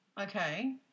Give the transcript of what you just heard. okay